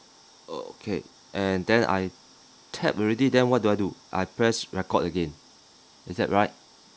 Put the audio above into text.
uh okay and then I tapped already then what do I do I press record again is that right